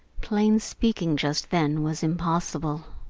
plain speaking just then was impossible.